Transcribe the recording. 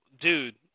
dude